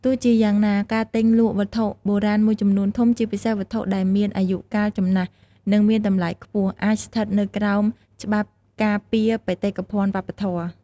ទោះជាយ៉ាងណា ការទិញលក់វត្ថុបុរាណមួយចំនួនធំ ជាពិសេសវត្ថុដែលមានអាយុកាលចំណាស់ និងមានតម្លៃខ្ពស់ អាចស្ថិតនៅក្រោមច្បាប់ការពារបេតិកភណ្ឌវប្បធម៌។